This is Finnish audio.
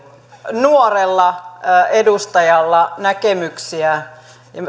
nuorella edustajalla näkemyksiä